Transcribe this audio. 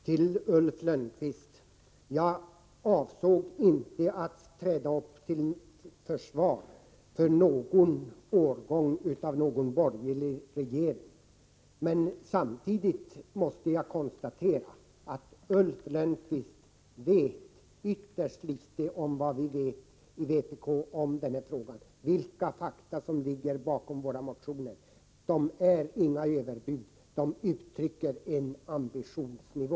Herr talman! Jag avsåg inte, Ulf Lönnqvist, att träda upp till försvar för någon årgång av någon borgerlig regering. Men samtidigt måste jag konstatera att Ulf Lönnqvist vet ytterst litet om vad vi i vpk känner till om denna fråga och vilka fakta som ligger bakom våra motioner. De innebär inga överbud utan uttrycker en ambitionsnivå.